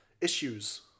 issues